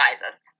sizes